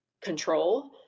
control